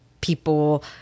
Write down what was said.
people